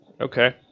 Okay